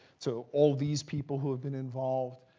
so all these people who have been involved.